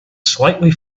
slightly